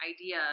idea